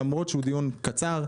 למרות שהוא דיון קצר,